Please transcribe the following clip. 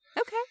Okay